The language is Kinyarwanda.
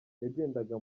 yagendaga